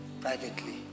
privately